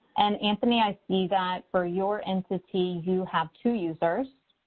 and anthony i see that for your entity, you have two users,